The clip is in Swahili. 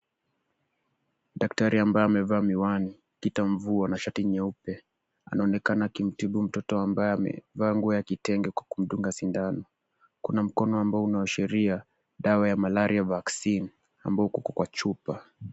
Daktari ambaye amevaa miwani, kita mvua na shati nyeupe, anaonekana akimtibu mtoto ambaye amevaa nguo ya kitenge kwa kumdunga sindano. Kuna mkono ambao unaashiria dawa ya Malaria Vaccine ambao uko kwa chupa.